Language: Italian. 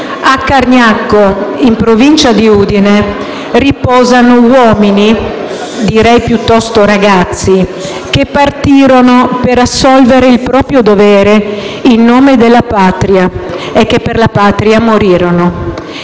A Cargnacco, in provincia di Udine, riposano uomini (direi piuttosto ragazzi) che partirono per assolvere il proprio dovere in nome della Patria e che per la Patria morirono.